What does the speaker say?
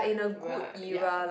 we're ya